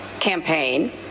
campaign